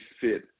fit